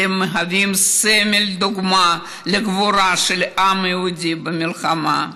אתם מהווים סמל ודוגמה לגבורה של העם היהודי במלחמה,